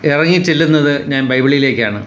ഇറങ്ങി ചെല്ലുന്നത് ഞാൻ ബൈബിളിലേക്കാണ്